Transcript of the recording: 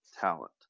talent